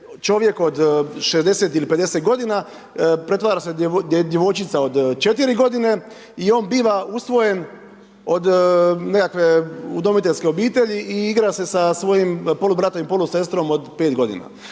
čovjek od 60 ili 50 godina pretvara se da je djevojčica od 4 godine i on biva usvojen od nekakve udomiteljske obitelji i igra se sa svojim polubratom i polusestrom od 5 godina.